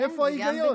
איפה ההיגיון?